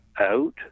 out